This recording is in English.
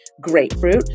grapefruit